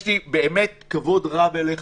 יש לי באמת כבוד רב אליך,